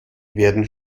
werden